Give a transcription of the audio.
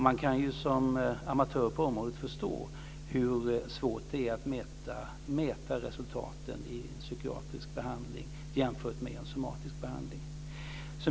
Man kan som amatör på området förstå hur svårt det är att mäta resultat i en psykiatrisk behandling jämfört med en somatisk behandling.